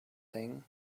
thing